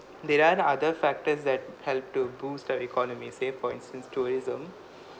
there are other factors that help to boost the economy say for instance tourism